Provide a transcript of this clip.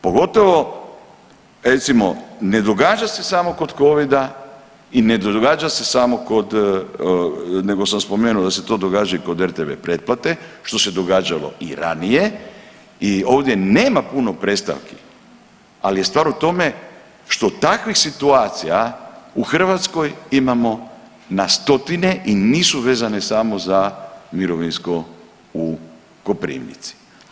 Pogotovo recimo ne događa se samo kod Covida i ne događa se samo kod, nego sam spomenuto da se to događa i kod rtv pretplate što se događalo i ranije i ovdje nema puno predstavki, ali je stvar u tome što takvih situacija u Hrvatskoj imamo na stotine i nisu vezane samo za mirovinsko u Koprivnici.